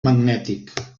magnètic